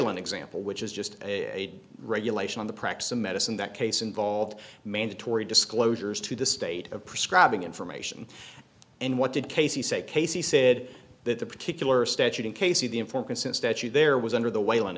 an example which is just a regulation on the practice of medicine that case involved mandatory disclosures to the state of prescribing information and what did casey say casey said that the particular statute in casey the informed consent statute there was under the whale an